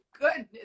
goodness